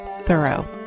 Thorough